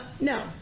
no